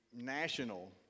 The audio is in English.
national